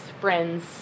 friends